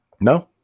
No